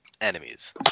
enemies